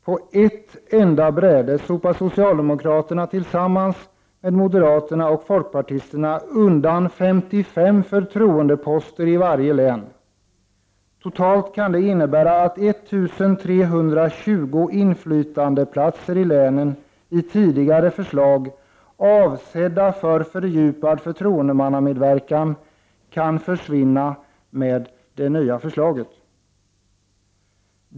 På ett enda bräde sopar socialdemokraterna tillsammans med moderaterna och folkpartisterna undan 55 förtroendeposter i varje län. Totalt kan det innebära att 1320 inflytandeplatser i länen, i tidigare förslag avsedda för fördjupad förtroendemannamedverkan, kan försvinna med det nya förslaget.